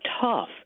tough